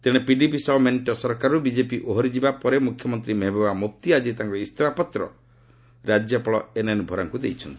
ତେଶେ ପିଡିପି ସହ ମେଣ୍ଟ ସରକାରରୁ ବିଜେପି ଓହରି ଯିବା ପରେ ମୁଖ୍ୟମନ୍ତ୍ରୀ ମେହବୁବା ମୁଫ୍ତି ଆକି ତାଙ୍କର ଇସ୍ତଫା ପତ୍ର ରାଜ୍ୟପାଳ ଏନ୍ ଏନ୍ ଭୋରାଙ୍କୁ ଦେଇଛନ୍ତି